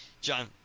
John